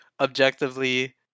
objectively